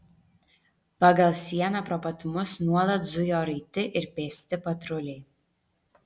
pagal sieną pro pat mus nuolat zujo raiti ir pėsti patruliai